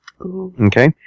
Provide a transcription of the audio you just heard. Okay